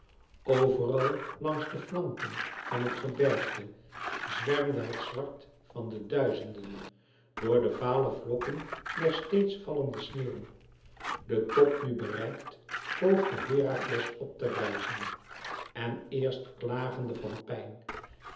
overal langs de flanken van het gebergte zwermde het zwart van de duizenden door de vale vlokken der steeds vallende sneeuw den top nu bereikt poogde herakles op te rijzen en eerst klagende van pijn